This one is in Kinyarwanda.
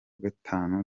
gatanu